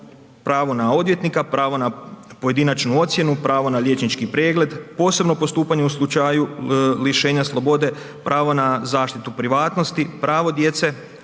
pravu na odvjetnika, pravu na pojedinačnu ocjenu, pravo na liječnički pregled, posebno postupanje u slučaju lišenja slobode, pravo na zaštitu privatnosti, pravo djece,